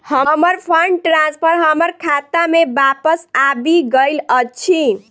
हमर fund transfer हमर खाता मे बापस आबि गइल अछि